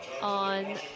on